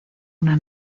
una